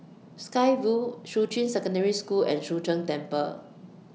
Sky Vue Shuqun Secondary School and Chu Sheng Temple